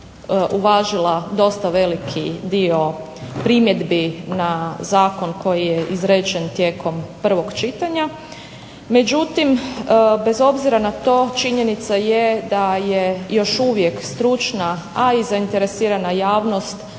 uvažila dosta veliki dio primjedbi na zakon koji je izrečen tijekom prvog čitanja. Međutim, bez obzira na to činjenica je da je još uvijek stručna, a i zainteresirana javnost